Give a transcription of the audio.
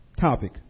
topic